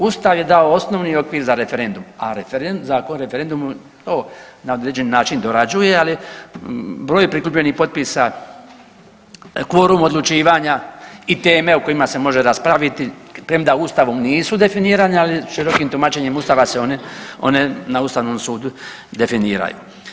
Ustav je dao osnovni okvir za referendum, a Zakon o referendumu ovo na određeni način dorađuje, ali broj prikupljenih potpisa, kvorum odlučivanja i teme o kojima se može raspraviti premda ustavom nisu definirane, ali širokim tumačenjem ustava se one, one na ustavnom sudu definiraju.